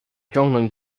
ciągnąć